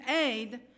aid